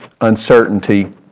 uncertainty